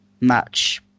match